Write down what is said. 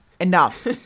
enough